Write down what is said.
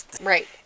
Right